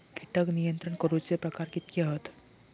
कीटक नियंत्रण करूचे प्रकार कितके हत?